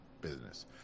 business